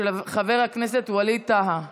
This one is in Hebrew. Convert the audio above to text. מס' 2090, של חבר הכנסת ווליד טאהא.